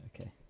okay